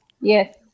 Yes